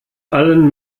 allen